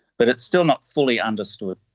but it's still not fully understood.